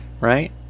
right